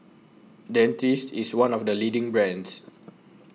Dentiste IS one of The leading brands